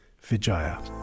Vijaya